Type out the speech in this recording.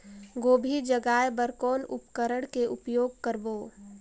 गोभी जगाय बर कौन उपकरण के उपयोग करबो?